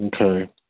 Okay